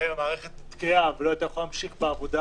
שבהם המערכת נתקעה ולא הייתה יכולה להמשיך בעבודה